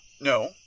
No